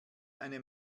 eine